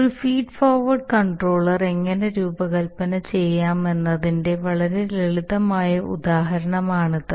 ഒരു feed forward controller എങ്ങനെ രൂപകൽപ്പന ചെയ്യാമെന്നതിന്റെ വളരെ ലളിതമായ ഉദാഹരണമാണിത്